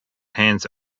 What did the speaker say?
hans